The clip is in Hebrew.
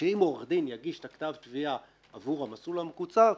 שאם עורך דין יגיש את כתב התביעה עבור המסלול המקוצר,